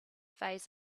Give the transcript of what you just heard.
phase